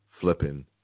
flipping